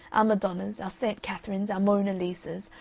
our madonnas, our saint catherines, our mona lisas,